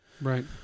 Right